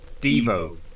Devo